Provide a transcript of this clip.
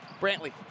Brantley